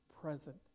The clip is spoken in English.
present